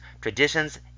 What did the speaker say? traditions